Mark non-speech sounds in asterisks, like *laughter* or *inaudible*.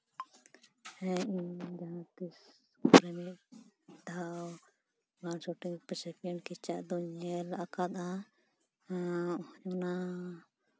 ᱦᱮᱸ ᱤᱧ ᱡᱟᱦᱟᱸ ᱛᱤᱥ ᱢᱟᱱᱮ ᱢᱤᱫ ᱫᱷᱟᱣ *unintelligible* ᱥᱮᱠᱮᱱᱰ ᱠᱮᱪᱟᱜ ᱫᱚ ᱧᱮᱞ ᱟᱠᱟᱫᱟ ᱚᱱᱟ